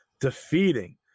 defeating